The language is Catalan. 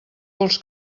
vols